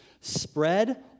spread